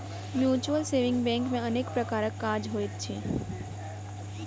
mutual saving bank मे अनेक प्रकारक काज होइत अछि